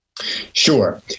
Sure